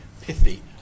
pithy